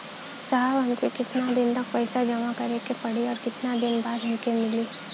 साहब हमके कितना दिन तक पैसा जमा करे के पड़ी और कितना दिन बाद हमके मिली?